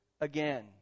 again